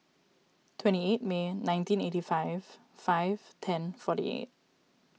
twenty eight May nineteen eighty five five ten forty eight